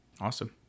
Awesome